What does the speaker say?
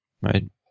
right